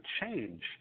change